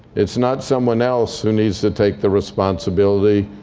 it's not someone else who needs to take the responsibility.